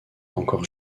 encore